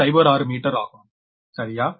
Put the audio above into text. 07 metre ஆகும் சரியா